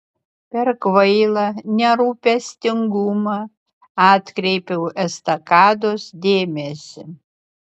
per kvailą nerūpestingumą atkreipiau estakados dėmesį